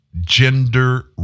Gender